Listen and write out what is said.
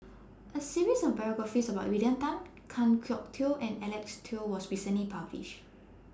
A series of biographies about William Tan Kan Kwok Toh and Alec Kuok was recently published